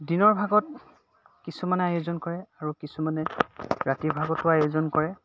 দিনৰ ভাগত কিছুমানে আয়োজন কৰে আৰু কিছুমানে ৰাতিৰ ভাগতো আয়োজন কৰে